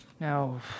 No